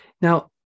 Now